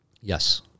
Yes